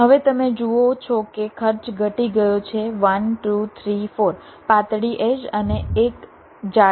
હવે તમે જુઓ છો કે ખર્ચ ઘટી ગયો છે 1 2 3 4 પાતળી એડ્જ અને એક જાડી એડ્જ